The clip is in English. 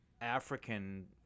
African